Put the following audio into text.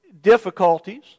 difficulties